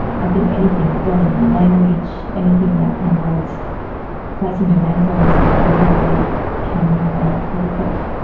i think anything, learning a new language, anything that involves placing demands on yourself cognitively can have a good effect.